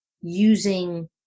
using